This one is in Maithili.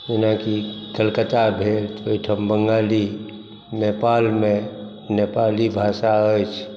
जेनाकि कलकता भेल तऽ ओहिठाम बङ्गाली नेपालमे नेपाली भाषा अछि